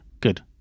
good